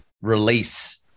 release